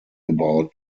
about